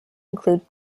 include